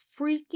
freaking